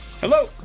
Hello